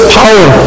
power